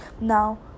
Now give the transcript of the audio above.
now